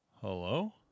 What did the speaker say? Hello